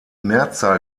mehrzahl